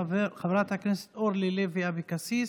חברת הכנסת אורלי לוי אבקסיס.